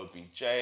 obj